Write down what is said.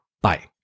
Bye